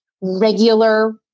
regular